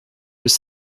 was